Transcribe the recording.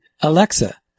Alexa